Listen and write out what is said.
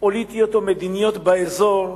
פוליטיות או מדיניות באזור,